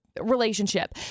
relationship